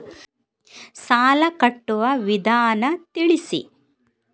ಸಾಲ ಕಟ್ಟುವ ವಿಧಾನ ತಿಳಿಸಿ?